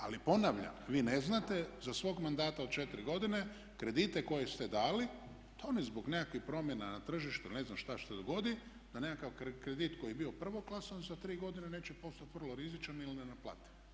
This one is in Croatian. Ali ponavljam, vi ne znate za svog mandata od četiri godine kredite koje ste dali da oni zbog nekakvih promjena na tržištu ili ne znaš šta se dogodi da nekakav kredit koji je bio prvoklasan za tri godine neće postati vrlo rizičan ili ne naplativ.